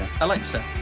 alexa